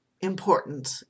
important